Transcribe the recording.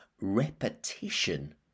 repetition